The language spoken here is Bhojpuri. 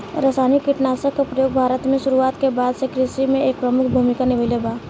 रासायनिक कीटनाशक के प्रयोग भारत में शुरुआत के बाद से कृषि में एक प्रमुख भूमिका निभाइले बा